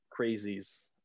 crazies